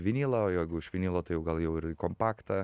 vinilą o jeigu iš vinilo tai jau gal jau ir į kompaktą